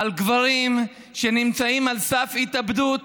גברים שנמצאים על סף התאבדות